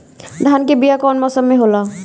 धान के बीया कौन मौसम में होला?